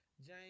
James